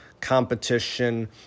competition